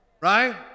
right